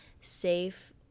safe